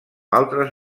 altres